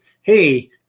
hey